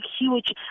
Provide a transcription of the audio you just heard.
huge